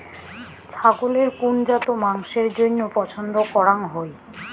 ছাগলের কুন জাত মাংসের জইন্য পছন্দ করাং হই?